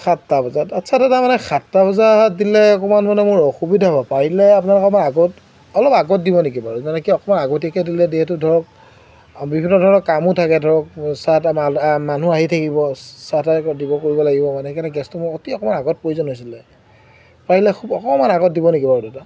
সাতটা বজাত আচ্ছা দাদা মানে সাতটা বজাত দিলে অকণমান মানে মোৰ অসুবিধা হ'ব পাৰিলে আপোনালোকে অকণমান আগত অলপ আগত দিব নেকি বাৰু মানে কি অকণমান আগতীয়াকৈ দিলে যিহেতু ধৰক বিভিন্ন ধৰণৰ কামো থাকে ধৰক চাহ মানুহ আহি থাকিব চাহ তাহ দিব কৰিব লাগিব মানে সেইকাৰণে গেছটো মোৰ অতি অকণমান আগত প্ৰয়োজন হৈছিলে পাৰিলে খুব অকণমান আগত দিব নেকি বাৰু দাদা